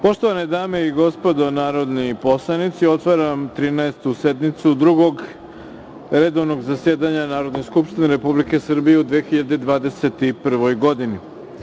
Poštovane dame i gospodo narodni poslanici, otvaram Trinaestu sednicu Drugog redovnog zasedanja Narodne skupštine Republike Srbije u 2021. godini.